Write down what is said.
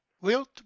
wilt